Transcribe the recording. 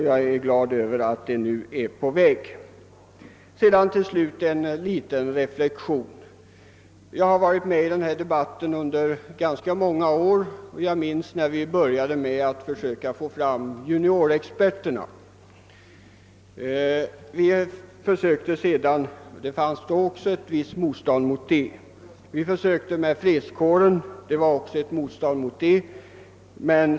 Jag har tagit del i debatten om u-hjälpen under ganska många år, och jag minns när vi började med att försöka få fram juniorexperterna och mötte motstånd mot den tanken. Sedan försökte vi med fredskåren, och även då fanns det ett visst motstånd.